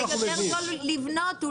אולי זול יותר לבנות.